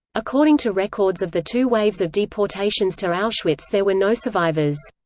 according to records of the two waves of deportations to auschwitz there were no survivors.